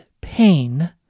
pain